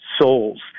souls